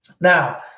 Now